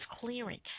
clearing